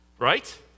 Right